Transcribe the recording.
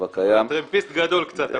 הקיים --- הטרמפיסט גדול קצת הפעם.